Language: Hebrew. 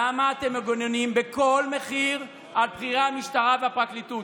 למה אתם מגוננים בכל מחיר על בכירי המשטרה והפרקליטות?